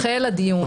החל הדיון.